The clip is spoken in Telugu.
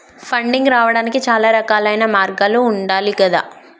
ఫండింగ్ రావడానికి చాలా రకాలైన మార్గాలు ఉండాలి గదా